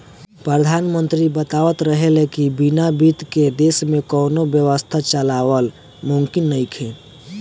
प्रधानमंत्री बतावत रहले की बिना बित्त के देश में कौनो व्यवस्था चलावल मुमकिन नइखे